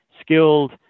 skilled